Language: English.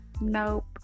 nope